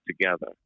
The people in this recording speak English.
together